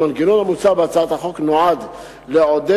המנגנון המוצע בהצעת החוק נועד לעודד